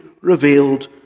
revealed